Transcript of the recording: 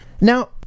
Now